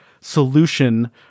solution